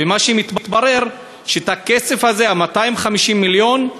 ומה שמתברר, שאת הכסף הזה, 250 המיליון,